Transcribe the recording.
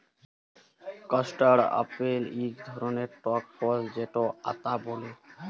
custard apple ইক ধরলের টক ফল যেটকে আতা ব্যলে